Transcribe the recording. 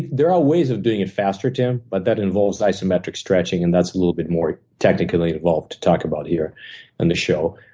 there are ways of doing it faster, tim, but that involves isometric stretching, and that's a little bit more technically involved to talk about here on the show.